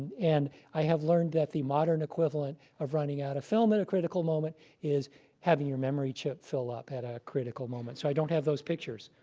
and i have learned that the modern equivalent of running out of film at a critical moment is having your memory chip fill up at a critical moment. so i don't have those pictures.